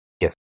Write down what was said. Yes